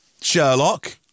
Sherlock